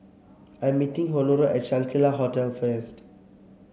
I am meeting Honora at Shangri La Hotel first